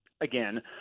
again